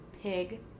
Pig